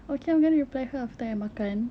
okay I'm going to reply her after I makan